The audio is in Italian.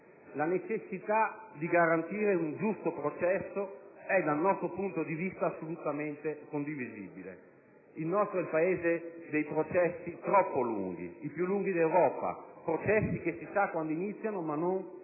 La necessità di garantire un giusto processo è, dal nostro punto di vista, assolutamente condivisibile. Il nostro è il Paese dei processi troppo lunghi, i più lunghi d'Europa: processi che si sa quando iniziano, ma non quando